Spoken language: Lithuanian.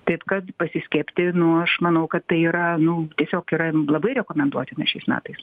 taip kad pasiskiepyti nu aš manau kad tai yra nu tiesiog yra labai rekomenduotina šiais metais